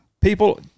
People